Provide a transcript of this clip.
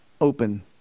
open